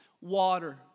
water